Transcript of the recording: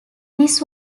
this